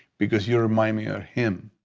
because you remind me of him.